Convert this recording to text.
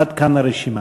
עד כאן הרשימה.